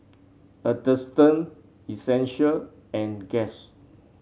Atherton Essential and Guess